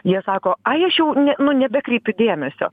jie sako ai aš jau ne nu nebekreipiu dėmesio